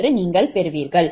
என்று நீங்கள் பெறுவீர்கள்